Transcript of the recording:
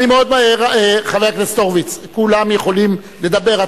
חבר הכנסת הורוביץ, כולם יכולים לדבר.